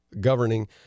governing